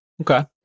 Okay